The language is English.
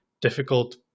difficult